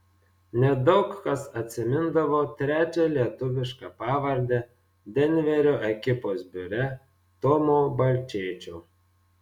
nedaug kas atsimindavo trečią lietuvišką pavardę denverio ekipos biure tomo balčėčio